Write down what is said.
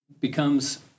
becomes